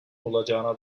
olacağına